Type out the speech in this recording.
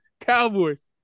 Cowboys